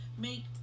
make